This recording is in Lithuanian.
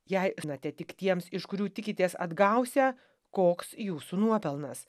jei žinote tik tiems iš kurių tikitės atgausią koks jūsų nuopelnas